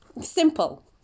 simple